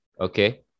okay